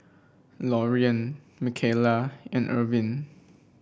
Loriann Micaela and Irvine